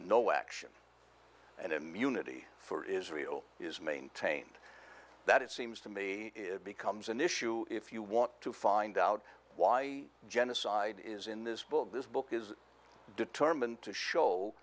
no action and immunity for israel is maintained that it seems to me it becomes an issue if you want to find out why genocide is in this book this book is determined to show